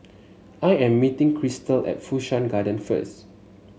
I am meeting Crystal at Fu Shan Garden first